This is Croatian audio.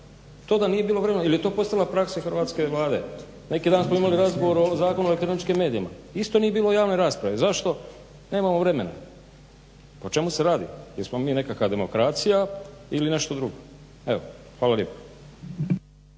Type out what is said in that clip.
To da nije bilo vremena ili je to postala i praksa hrvatske Vlade. Neki dan smo imali razgovor o Zakonu o elektroničkim medijima. Isto nije bilo javne rasprave. Zašto nemamo vremena? O čemu se radi? Jesmo mi nekaka demokracija ili nešto drugo? Evo, hvala lijepo.